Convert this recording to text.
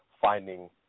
finding